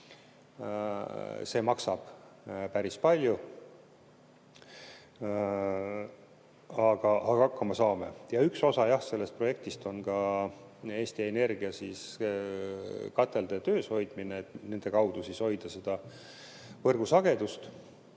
see maksab päris palju, aga hakkama me saame. Üks osa sellest projektist on ka Eesti Energia katelde töös hoidmine, et nende kaudu hoida võrgu sagedust.